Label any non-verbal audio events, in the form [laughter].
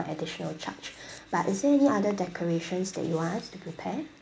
additional charge [breath] but is there any other decorations that you want us to prepare